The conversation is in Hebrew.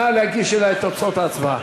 נא להגיש אלי את תוצאות ההצבעה.